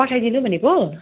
पठाइदिनु भनेको